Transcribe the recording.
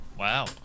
Wow